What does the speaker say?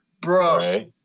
Bro